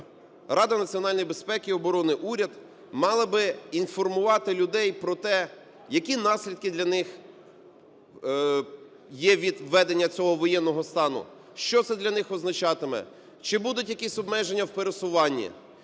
Рада національної безпеки і оборони, уряд мали би інформувати людей про те, які наслідки для них є від введення цього воєнного стану, що це для них означатиме, чи будуть якісь обмеження в пересуванні,